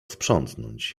sprzątnąć